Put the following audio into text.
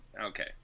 okay